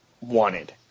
wanted